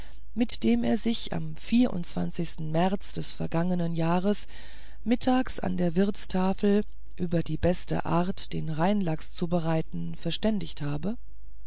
mit dem er am vierundzwanzigsten märz des vergangenen jahres mittags an der wirtstafel über die beste art den rheinlachs zu bereiten verständigt habe